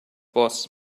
boss